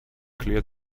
clear